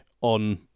on